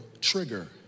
trigger